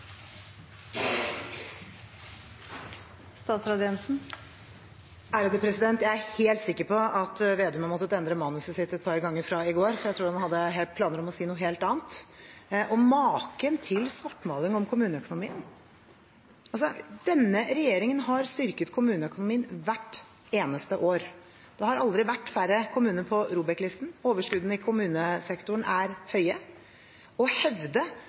Jeg er helt sikker på at representanten Slagsvold Vedum har måttet endre manuset sitt et par ganger fra i går, for jeg tror han hadde planer om å si noe helt annet. Maken til svartmaling om kommuneøkonomien! Denne regjeringen har styrket kommuneøkonomien hvert eneste år. Det har aldri vært færre kommuner på ROBEK-listen. Overskuddene i kommunesektoren er høye.